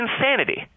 insanity